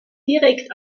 direkt